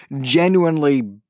genuinely